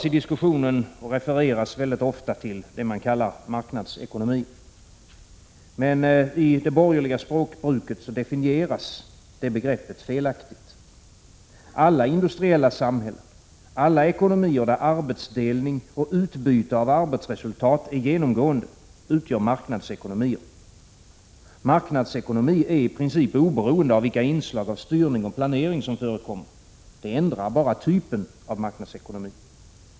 I diskussionen refereras ofta till det man kallar marknadsekonomi, men i det borgerliga språkbruket definieras det begreppet felaktigt. Alla industriella samhällen, alla ekonomier där arbetsdelning och utbyte av arbetsresultat är genomgående, utgör marknadsekonomier. Marknadsekonomi är i princip oberoende av vilka inslag av styrning och planering som förekommer. Detta ändrar bara typen av marknadsekonomi.